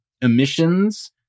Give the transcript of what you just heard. emissions